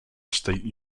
state